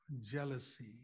jealousy